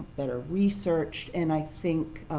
better researched, and i think,